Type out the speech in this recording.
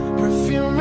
Perfume